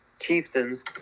chieftains